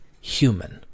human